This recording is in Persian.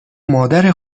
مادر